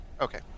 Okay